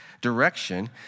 direction